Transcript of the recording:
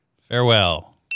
Farewell